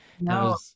no